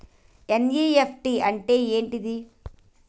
NEFT అంటే ఏంటిది?